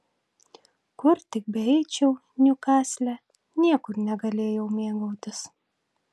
kur tik beeičiau niukasle niekur negalėjau mėgautis